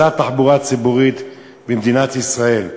זה התחבורה הציבורית במדינת ישראל.